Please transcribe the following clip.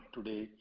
Today